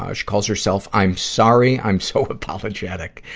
ah she calls herself, i'm sorry i'm so apologetic.